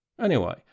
Anyway